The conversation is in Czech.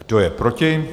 Kdo je proti?